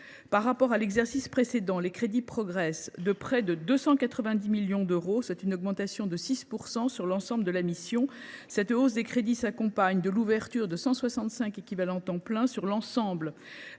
Par rapport à l’exercice précédent, les crédits progressent de près de 290 millions d’euros, soit une augmentation de 6 % sur l’ensemble de la mission. Cette hausse des crédits s’accompagne de l’ouverture de 165 ETP sur l’ensemble